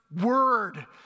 Word